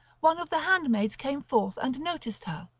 one of the handmaids came forth and noticed her,